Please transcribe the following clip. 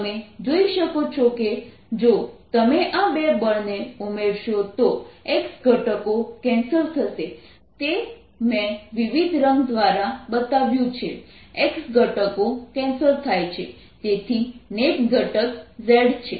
તમે જોઈ શકો છો કે જો તમે આ બે ને ઉમેરશો તો x ઘટકો કેન્સલ થશે તે મને વિવિધ રંગ દ્વારા બતાવું છું x ઘટકો કેન્સલ થાય છે તેથી નેટ ઘટક z છે